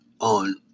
on